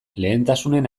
lehentasunen